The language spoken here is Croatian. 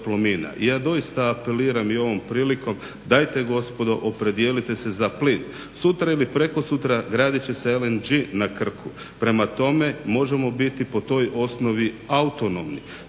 ja doista apeliram i ovom prilikom dajte gospodo opredijelite se za plin. Sutra ili prekosutra gradit će se LNG na Krku, prema tome možemo biti po toj osnovi autonomni.